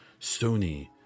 Sony